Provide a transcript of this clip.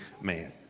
man